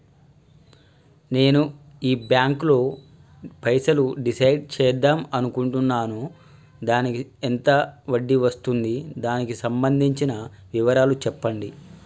నేను ఈ బ్యాంకులో పైసలు డిసైడ్ చేద్దాం అనుకుంటున్నాను దానికి ఎంత వడ్డీ వస్తుంది దానికి సంబంధించిన వివరాలు చెప్పండి?